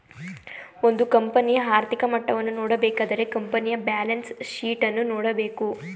ಒಂದು ಕಂಪನಿಯ ಆರ್ಥಿಕ ಮಟ್ಟವನ್ನು ನೋಡಬೇಕಾದರೆ ಕಂಪನಿಯ ಬ್ಯಾಲೆನ್ಸ್ ಶೀಟ್ ಅನ್ನು ನೋಡಬೇಕು